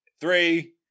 Three